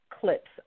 clips